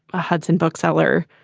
a hudson bookseller,